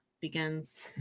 begins